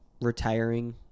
retiring